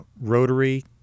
rotary